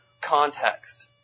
context